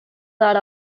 that